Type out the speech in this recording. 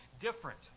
different